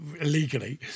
illegally